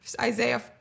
Isaiah